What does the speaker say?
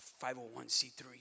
501c3